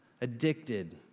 addicted